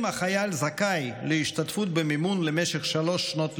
אם החייל זכאי להשתתפות במימון למשך שלוש שנות לימודים,